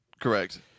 correct